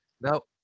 No